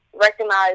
recognize